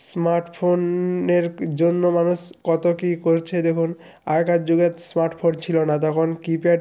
স্মার্টফোনের জন্য মানুষ কতো কি করছে দেখুন আগেকার যুগে স্মার্টফোন ছিলো না তখন কিপ্যাড